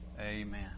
Amen